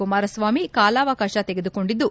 ಕುಮಾರಸ್ವಾಮಿ ಕಾಲಾವಕಾಶ ತೆಗೆದುಕೊಂಡಿದ್ದು